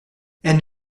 elle